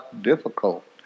difficult